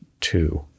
two